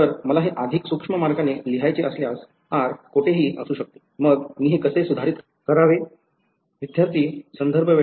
तर मला हे अधिक सूक्ष्म मार्गाने लिहायचे असल्यास r कोठेही असू शकते मग मी हे कसे सुधारित करावे